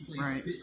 right